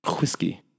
Whiskey